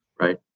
Right